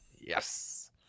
Yes